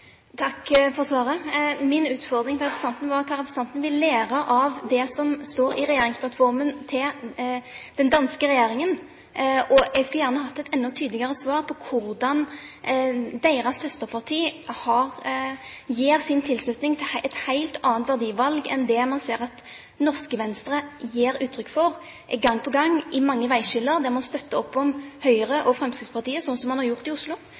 Takk for svaret. Min utfordring til representanten var hva representanten vil lære av det som står i regjeringsplattformen til den danske regjeringen. Jeg skulle gjerne hatt et enda tydeligere svar på hvordan deres søsterparti gir sin tilslutning til et helt annet verdivalg enn det man ser at norske Venstre gir uttrykk for gang på gang ved mange veiskiller, der man støtter opp om Høyre og Fremskrittspartiet, sånn som man har gjort i Oslo,